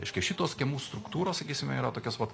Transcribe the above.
reiškia šitos kiemų struktūros sakysime yra tokios vat